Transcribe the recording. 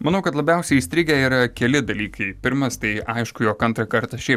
manau kad labiausiai įstrigę yra keli dalykai pirmas tai aišku jog antrą kartą šiaip